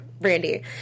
Brandy